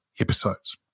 episodes